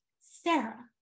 Sarah